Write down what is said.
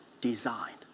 designed